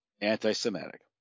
Anti-Semitic